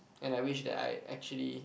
and I wish that I actually